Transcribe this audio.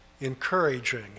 encouraging